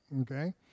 Okay